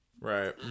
Right